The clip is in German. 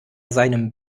seinem